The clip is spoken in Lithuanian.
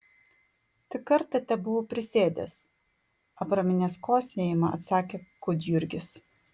tik kartą tebuvau prisėdęs apraminęs kosėjimą atsakė gudjurgis